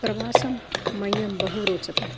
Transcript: प्रवासं मह्यं बहु रोचते